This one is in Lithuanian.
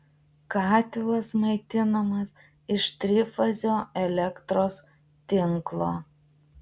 katilas maitinamas iš trifazio elektros tinklo